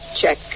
check